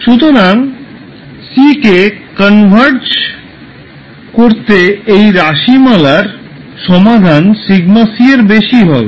সুতরাং c কে converge করতে এই রাশিমালার সমাধান σc এর বেশি হবে